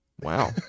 Wow